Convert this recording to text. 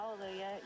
hallelujah